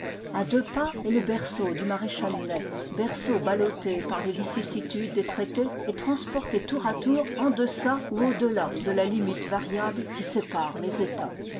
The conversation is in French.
à deux pas est le berceau du maréchal ney berceau ballotté par les vicissitudes des traités et transporté tour à tour en deçà ou au delà de la limite variable qui sépare les etats